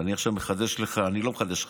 ואני לא מחדש לך הרבה,